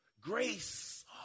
Grace